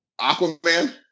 Aquaman